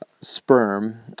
sperm